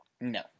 No